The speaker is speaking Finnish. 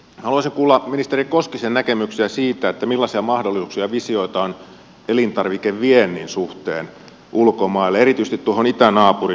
haluaisin kuulla ministeri koskisen näkemyksiä siitä millaisia mahdollisuuksia ja visioita on elintarvikeviennin suhteen ulkomaille erityisesti tuohon itänaapuriin